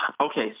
Okay